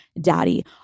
Daddy